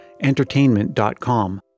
entertainment.com